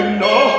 no